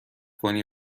کنی